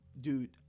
dude